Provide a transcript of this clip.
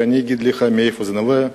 ואני אגיד לך מאיפה זה נובע.